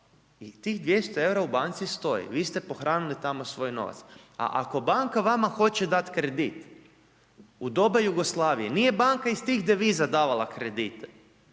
I tih 200 eura u banci, vi ste pohranili tamo svoj novac a ako banka vama hoće dat kredit, u doba Jugoslavije, nije banka iz tih deviza davala kredite